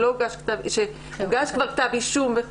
שהוגש כבר כתב אישום.